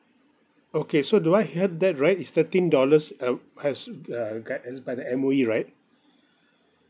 okay so do I heard that right it's thirteen dollars uh has uh guide as by the M_O_E right